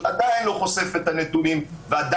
מכאן ועד